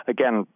Again